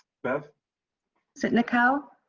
beth sitnikau?